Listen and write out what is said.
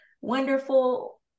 wonderful